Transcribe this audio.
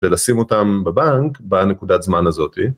ולשים אותם בבנק בנקודת זמן הזאתי.